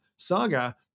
Saga